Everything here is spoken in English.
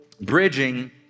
Bridging